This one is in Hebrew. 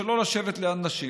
שלא לשבת ליד נשים,